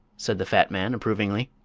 said the fat man, approvingly.